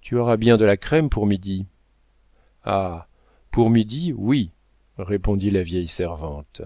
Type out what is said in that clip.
tu auras bien de la crème pour midi ah pour midi oui répondit la vieille servante